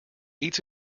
eats